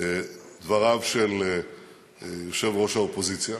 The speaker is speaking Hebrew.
את דבריו של יושב-ראש האופוזיציה.